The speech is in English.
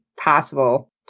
possible